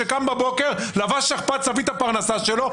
שקמו בבוקר ולבשו שכפ"צ להביא את הפרנסה שלהם,